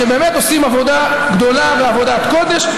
שבאמת עושים עבודה גדולה ועבודת קודש.